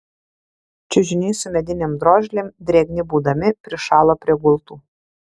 čiužiniai su medinėm drožlėm drėgni būdami prišalo prie gultų